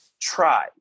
try